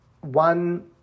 one